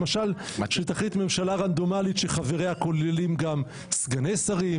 למשל כשתחליט ממשלה רנדומלית שחבריה כוללים גם סגני שרים